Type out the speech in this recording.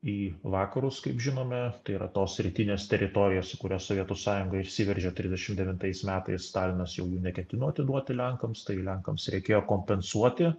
į vakarus kaip žinome tai yra tos rytinės teritorijos į kurias sovietų sąjunga įsiveržė trisdešim devintais metais stalinas neketino atiduoti lenkams tai lenkams reikėjo kompensuoti